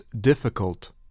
difficult